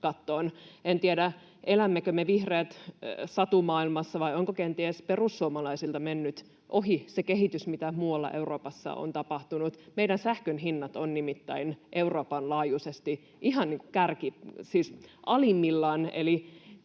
En tiedä, elämmekö me vihreät satumaailmassa vai onko kenties perussuomalaisilta mennyt ohi se kehitys, mitä muualla Euroopassa on tapahtunut. Meidän sähkönhinnat ovat nimittäin Euroopan laajuisesti ihan alimmillaan,